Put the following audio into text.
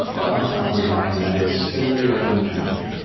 domicile design that is familiar yet unfamiliar,